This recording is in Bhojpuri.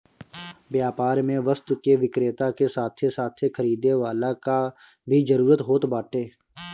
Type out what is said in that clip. व्यापार में वस्तु के विक्रेता के साथे साथे खरीदे वाला कअ भी जरुरत होत बाटे